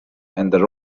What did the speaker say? and